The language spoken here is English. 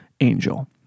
angel